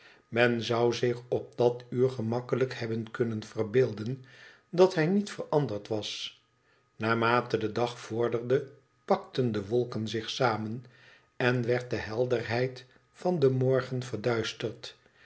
men zou zich op dat uur gemakkelijk hebben kunnen verbeelden dat hij niet veranderd was naarmate de dag vorderde pakten de wolken zich samen en werd de helderheid van den morgen verduisterd